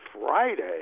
Friday